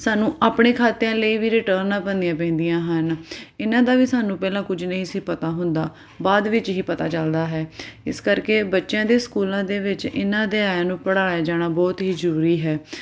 ਸਾਨੂੰ ਆਪਣੇ ਖਾਤਿਆਂ ਲਈ ਵੀ ਰਿਟਰਨਾਂ ਭਰਨੀਆਂ ਪੈਂਦੀਆਂ ਹਨ ਇਹਨਾਂ ਦਾ ਵੀ ਸਾਨੂੰ ਪਹਿਲਾਂ ਕੁਝ ਨਹੀਂ ਸੀ ਪਤਾ ਹੁੰਦਾ ਬਾਅਦ ਵਿੱਚ ਹੀ ਪਤਾ ਚੱਲਦਾ ਹੈ ਇਸ ਕਰਕੇ ਬੱਚਿਆਂ ਦੇ ਸਕੂਲਾਂ ਦੇ ਵਿੱਚ ਇਹਨਾਂ ਅਧਿਆਇਆਂ ਨੂੰ ਪੜ੍ਹਾਇਆ ਜਾਣਾ ਬਹੁਤ ਹੀ ਜ਼ਰੂਰੀ ਹੈ